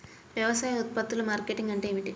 వ్యవసాయ ఉత్పత్తుల మార్కెటింగ్ అంటే ఏమిటి?